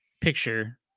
picture